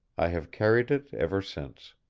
i have carried it ever since.